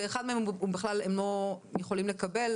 ואת אחד הם לא יכולים לקבל בכלל,